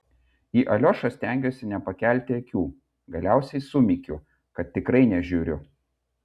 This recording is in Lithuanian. į aliošą stengiuosi nepakelti akių galiausiai sumykiu kad tikrai nežiūriu